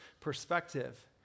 perspective